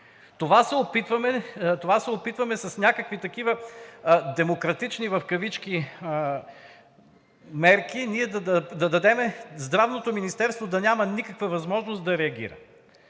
Това се опитваме. С някакви такива демократични в кавички мерки ние да дадем Здравното министерство да няма никаква възможност да реагира.